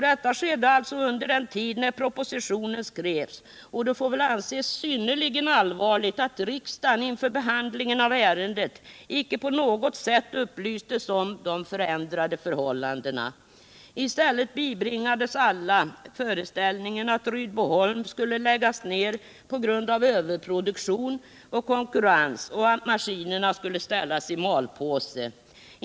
Detta skedde alltså under den tiden när propositionen skrevs, och det får väl anses synnerligen allvarligt att riksdagen inför behandlingen av ärendet icke på något sätt upplystes om de förändrade förhållandena. I stället bibringades alla föreställningen att Rydboholm skulle läggas ner på grund av överproduktion och konkurrens och att maskinerna skulle stoppas i malpåse.